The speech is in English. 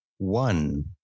One